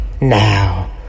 Now